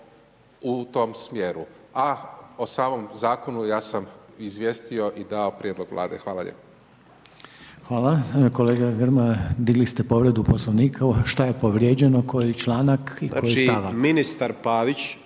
u tom smjeru a o samom zakonu ja sam izvijestio i dao prijedlog Vlade. Hvala lijepo. **Reiner, Željko (HDZ)** Hvala. Kolega Grmoja digli ste povredu Poslovnika, šta je povrijeđeno, koji članak i koji stavak?